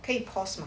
可以 pause